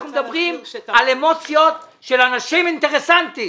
אנחנו מדברים על אמוציות של אנשים אינטרסנטים